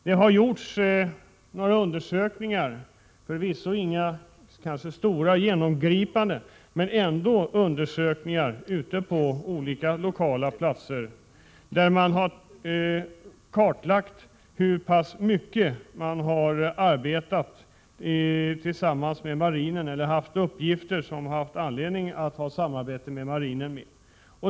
Det har gjorts några undersökningar — förvisso inga stora och genomgripande, men ändå — ute på olika lokala platser. De har kartlagt hur pass mycket man har arbetat tillsammans med marinen eller haft uppgifter som föranlett samarbete med marinen.